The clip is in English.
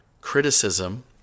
criticism